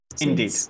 Indeed